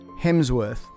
Hemsworth